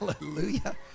Hallelujah